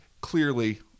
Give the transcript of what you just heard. Clearly